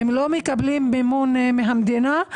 הם לא מקבלים מימון מהמדינה.